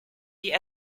die